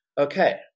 Okay